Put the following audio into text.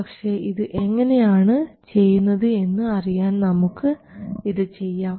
പക്ഷേ ഇത് എങ്ങനെയാണ് ചെയ്യുന്നത് എന്ന് അറിയാൻ നമുക്ക് ഇത് ചെയ്യാം